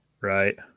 Right